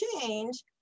change